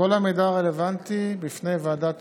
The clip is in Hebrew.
כל המידע הרלוונטי עולה ויעלה בפני ועדת